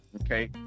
okay